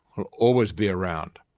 will always be around.